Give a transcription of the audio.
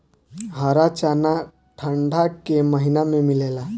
हरा चना ठंडा के महिना में मिलेला